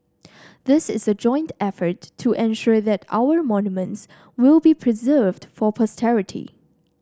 this is a joint effort to ensure that our monuments will be preserved for posterity